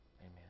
Amen